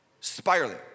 Spiraling